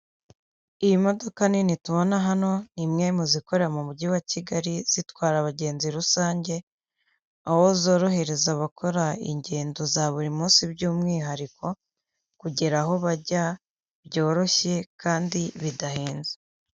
Iyi modoka nini tubona hano ni imwe mu zikorera mu mujyi wa Kigali zitwara abagenzi rusange, aho zorohereza abakora ingendo za buri munsi by'umwihariko kugera aho bajya byoroshye kandi bidahenze.